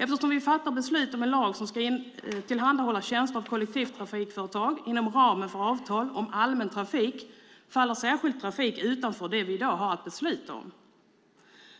Eftersom vi ska fatta beslut om en lag om tillhandahållande av tjänster av kollektivtrafikföretag inom ramen för avtal om allmän trafik faller särskild trafik utanför det som vi i dag ska fatta beslut om.